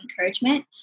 encouragement